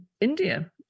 India